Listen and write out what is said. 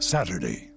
Saturday